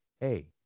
hey